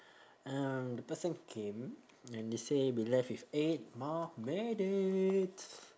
um the person came and they say we left with eight more minutes